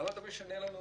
למה אתה משנה לנו דברים?